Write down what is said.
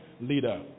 leader